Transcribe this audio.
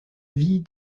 vie